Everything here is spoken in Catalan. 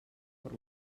per